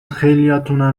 خیلیاتونم